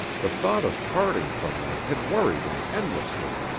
the thought of parting from them had worried him endlessly,